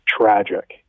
tragic